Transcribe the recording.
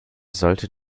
sollte